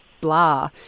blah